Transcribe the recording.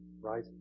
right